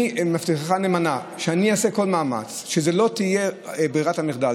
אני מבטיחך נאמנה שאני אעשה כל מאמץ שזו לא תהיה ברירת המחדל,